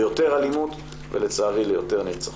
ליותר אלימות ולצערי ליותר נרצחות.